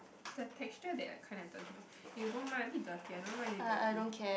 it's the texture that kind of turns me off eh you don't mind a bit dirty I don't know why is it dirty